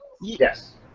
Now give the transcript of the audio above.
Yes